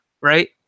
right